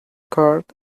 cards